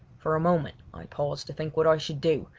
for a moment i paused to think what i should do,